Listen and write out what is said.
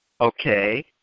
Okay